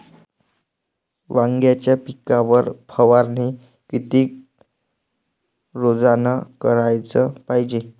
वांग्याच्या पिकावर फवारनी किती रोजानं कराच पायजे?